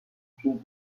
suite